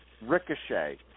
Ricochet